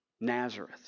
Nazareth